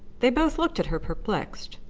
they both looked at her, perplexed.